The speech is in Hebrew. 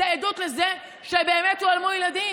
זו עדות לזה שבאמת הועלמו ילדים.